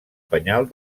penyal